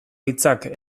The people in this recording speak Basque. hitzak